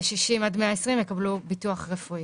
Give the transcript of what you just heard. ו- 60-120 יקבלו ביטוח רפואי.